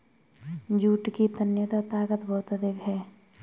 jute की तन्यता ताकत बहुत अधिक है